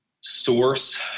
source